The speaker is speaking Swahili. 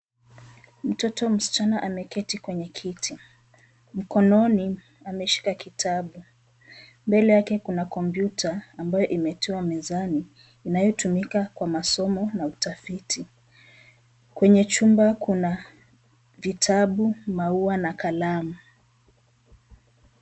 Mtoto msichana ameketi kwenye kiti mkononi ameshika kitabu mbele yake kuna kompyuta ambayo imetiwa mezani inayotumika kwa masomo na utafiti kwenye chumba kuna vitabu maua na kalamu.